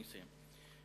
אני אסיים.